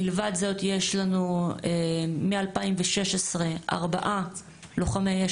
מלבד זאת יש לנו מ-2016 ארבעה לוחמי אש